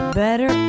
better